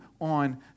on